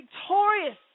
victorious